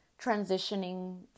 transitioning